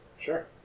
Sure